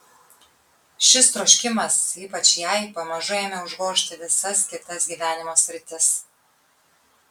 šis troškimas ypač jai pamažu ėmė užgožti visas kitas gyvenimo sritis